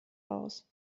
aus